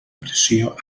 pressió